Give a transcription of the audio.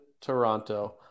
Toronto